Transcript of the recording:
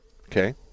Okay